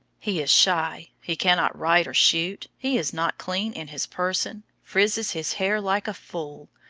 he is shy, he cannot ride or shoot, he is not clean in his person, frizzes his hair like a fool.